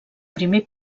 primer